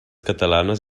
catalanes